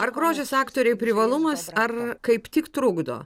ar grožis aktorei privalumas ar kaip tik trukdo